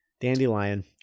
Dandelion